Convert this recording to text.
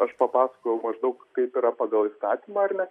aš papasakojau maždaug kaip yra pagal įstatymą ar ne